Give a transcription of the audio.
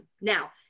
Now